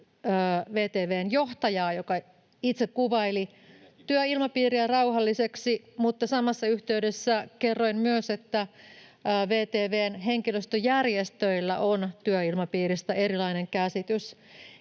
siteerasin!] joka itse kuvaili työilmapiiriä rauhalliseksi, mutta samassa yhteydessä kerroin myös, että VTV:n henkilöstöjärjestöillä on työilmapiiristä erilainen käsitys.